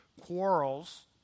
quarrels